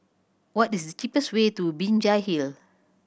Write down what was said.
what is the cheapest way to Binjai Hill